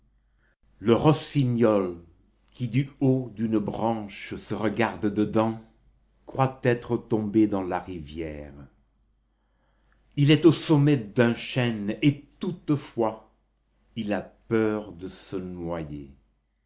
le rossignol qui du haut d'une branche se regarde dedans croit être tombé dans la rivière il est au sommet d'un chêne et toutefois il a peur de se noyer